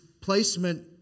placement